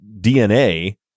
DNA